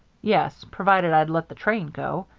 yes, provided i'd let the train go.